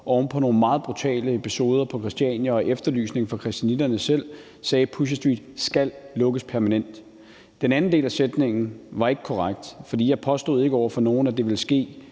oven på nogle meget brutale episoder på Christiania og efter anmodning fra christianitterne selv sagde, at Pusher Street skal lukkes permanent. Den anden del af sætningen var ikke korrekt, for jeg påstod ikke over for nogen, at det ville ske